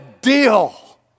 deal